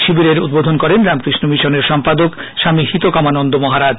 শিবিরের উদ্বোধন করেন রামকৃষ্ণ মিশনের সম্পাদক স্বামী হিতকমানন্দ মহারাজ